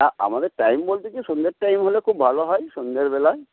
আমাদের টাইম বলতে কি সন্ধ্যার টাইম হলে খুব ভালো হয় সন্ধ্যাবেলা